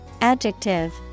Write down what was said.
Adjective